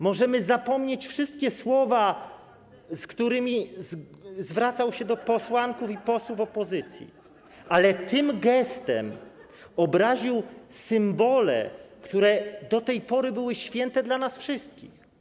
Możemy zapomnieć wszystkie słowa, którymi zwracał się do posłanek i posłów opozycji, ale tym gestem obraził symbole, które do tej pory były święte dla nas wszystkich.